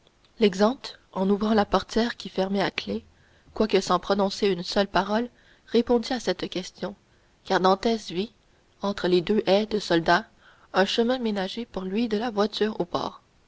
l'exempt en ouvrant la portière qui fermait à clef quoique sans prononcer une seule parole répondit à cette question car dantès vit entre les deux haies de soldats un chemin ménagé pour lui de la voiture au port